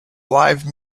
live